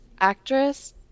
actress